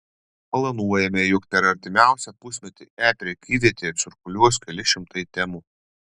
planuojama jog per artimiausią pusmetį e prekyvietėje cirkuliuos keli šimtai temų